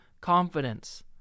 confidence